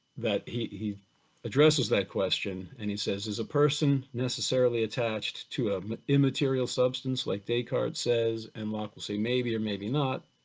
that he he addresses that question and he says is a person necessarily attached to an immaterial substance like descartes says, and locke will say maybe or maybe not,